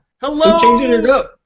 Hello